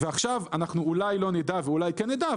ועכשיו אולי נדע ואולי לא נדע,